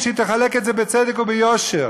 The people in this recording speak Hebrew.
ושהיא תחלק את זה בצדק וביושר.